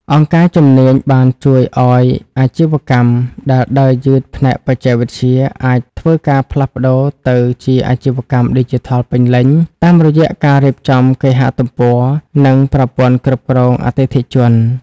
អង្គការជំនាញបានជួយឱ្យអាជីវកម្មដែលដើរយឺតផ្នែកបច្ចេកវិទ្យា អាចធ្វើការផ្លាស់ប្តូរទៅជាអាជីវកម្មឌីជីថលពេញលេញ តាមរយៈការរៀបចំគេហទំព័រ និងប្រព័ន្ធគ្រប់គ្រងអតិថិជន ។